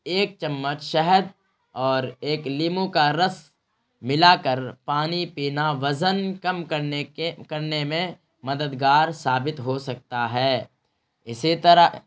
ایک چمچ شہد اور ایک لیمو کا رس ملا کر پانی پینا وزن کم کرنے کے کرنے میں مددگار ثابت ہو سکتا ہے اسی طرح